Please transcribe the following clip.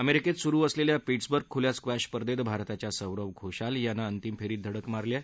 अमेरिकेत सुरु असलेल्या पिट्सबर्ग खुल्या स्क्वॅश स्पर्धेत भारताच्या सौरव घोशाल यानं अंतिम फेरीत धडक मारली आहे